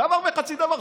דבר וחצי דבר,